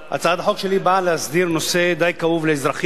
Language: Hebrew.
הצעת החוק שלי באה להסדיר נושא די כאוב לאזרחים,